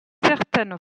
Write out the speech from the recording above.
certaines